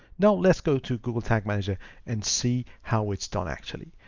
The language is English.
now, let's go to google tag manager and see how it's done. actually,